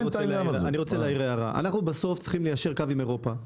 אנחנו בסוף צריכים ליישר קו עם אירופה,